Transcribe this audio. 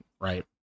Right